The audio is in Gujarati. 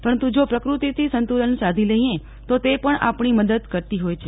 પરંતુ જો પ્રકૃતિથી સંતુલન સાધી લઈએ તો તે પણ આપણી મદદ કરતી હોય છે